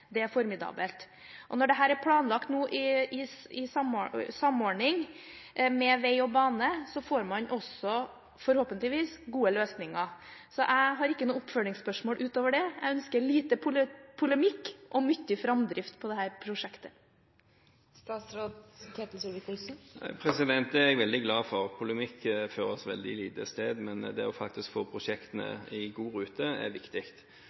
Det er formidabelt. Og når dette nå er planlagt i samordning med vei og bane, får man forhåpentligvis også gode løsninger. Jeg har ikke noe oppfølgingsspørsmål utover det. Jeg ønsker lite polemikk og mye framdrift på dette prosjektet. Det er jeg veldig glad for. Polemikk fører til veldig lite, men det å faktisk få prosjektene i god rute, er viktig.